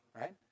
right